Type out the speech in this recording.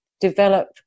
develop